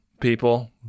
people